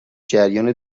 جریان